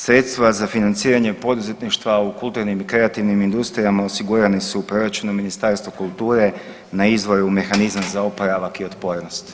Sredstva za financiranje poduzetništva u kulturnim i kreativnim industrijama osigurani su u proračunu Ministarstva kulture na izvoru Mehanizam za oporavak i otpornost.